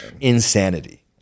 Insanity